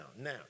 Now